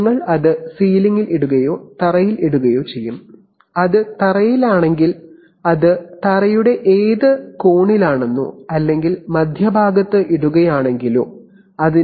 നിങ്ങൾ അത് സീലിംഗിൽ ഇടുകയോ തറയിൽ ഇടുകയോ ചെയ്യും അത് തറയിലാണെങ്കിൽ അത് തറയുടെ ഏത് കോണിലാണെന്നോ അല്ലെങ്കിൽ മധ്യഭാഗത്ത് ഇടുകയാണെങ്കിലോ സെൻസർ ഇടുന്നിടത്ത് താപനില നിയന്ത്രിക്കുവാനും സാധിക്കും